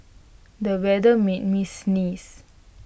the weather made me sneeze